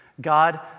God